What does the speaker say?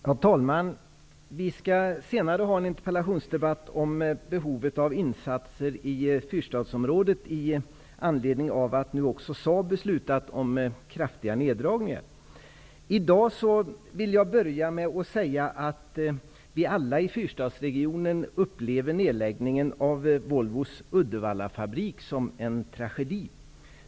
Herr talman! Vi skall senare ha en interpellationsdebatt om behovet av insatser i fyrstadsområdet, i anledning av att nu också Saab beslutat om kraftiga neddragningar. I dag vill jag börja med att säga att vi alla i fyrstadsregionen upplever nedläggningen av Volvos Uddevallafabrik som en tragedi.